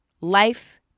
Life